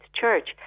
Church